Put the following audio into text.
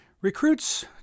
Recruits